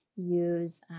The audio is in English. Use